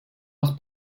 was